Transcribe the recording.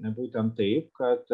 būtent taip kad